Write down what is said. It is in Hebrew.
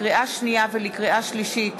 לקריאה שנייה ולקריאה שלישית: